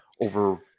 over